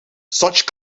such